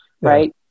right